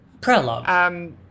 Prologue